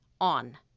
on